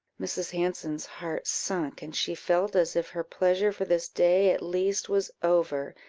mrs. hanson's heart sunk, and she felt as if her pleasure for this day at least was over,